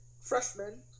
freshman